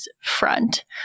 front